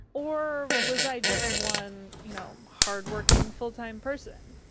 or was i just one, you know, hard-working full-time person?